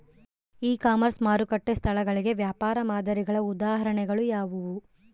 E commerce ಮಾರುಕಟ್ಟೆ ಸ್ಥಳಗಳಿಗೆ ವ್ಯಾಪಾರ ಮಾದರಿಗಳ ಉದಾಹರಣೆಗಳು ಯಾವುವು?